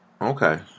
Okay